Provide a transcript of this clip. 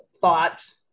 thought